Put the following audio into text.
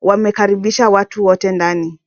wamekaribisha watu wote ndani.